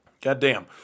Goddamn